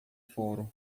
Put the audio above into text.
fora